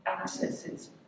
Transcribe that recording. accesses